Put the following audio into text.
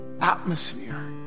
atmosphere